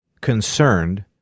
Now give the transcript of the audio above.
Concerned